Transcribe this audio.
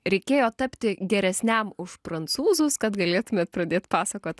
reikėjo tapti geresniam už prancūzus kad galėtumėt pradėt pasakot